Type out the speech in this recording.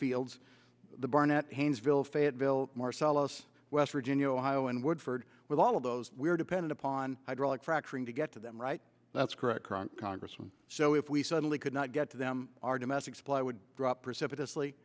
fields the barnett haynesville fayetteville marcellus west virginia ohio and woodford with all of those we are dependent upon hydraulic fracturing to get to them right that's correct current congressman so if we suddenly could not get to them our domestic supply would drop precipitously